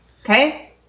okay